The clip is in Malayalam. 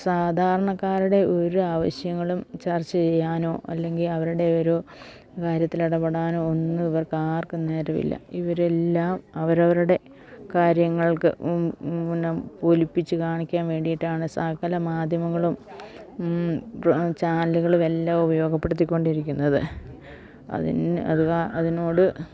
സാധാരണക്കാരുടെ ഒരു ആവശ്യങ്ങളും ചർച്ച ചെയ്യാനോ അല്ലെങ്കിൽ അവരുടെ ഒരു കാര്യത്തിലിടപെടാനോ ഒന്നും ഇവർക്കാർക്കും നേരമില്ല ഇവരെല്ലാം അവരവരുടെ കാര്യങ്ങൾക്ക് പിന്നെ പൊലിപ്പിച്ച് കാണിക്കാൻ വേണ്ടിയിട്ടാണ് സകല മാധ്യമങ്ങളും ചാനലുകളും എല്ലാം ഉപയോഗപ്പെടുത്തിക്കൊണ്ടിരിക്കുന്നത് അതിൽ അതു അതിനോട്